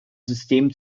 system